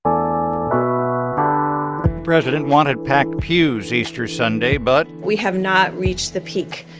um president wanted packed pews easter sunday, but. we have not reached the peak.